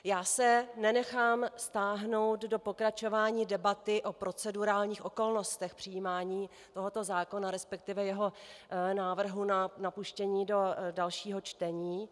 Já se nenechám vtáhnout do pokračování debaty o procedurálních okolnostech přijímání tohoto zákona, resp. jeho návrhu na puštění do dalšího čtení.